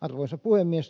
arvoisa puhemies